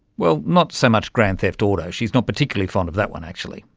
well, not so much grand theft auto, she's not particularly fond of that one actually,